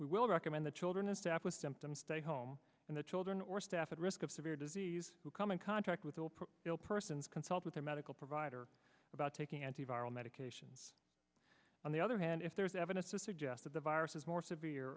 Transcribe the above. we will recommend the children of staff with symptoms stay home and the children or staff at risk of severe disease who come in contact with oprah bill persons consult with their medical provider about taking anti viral medications on the other hand if there is evidence to suggest that the virus is more severe